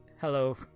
Hello